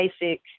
basic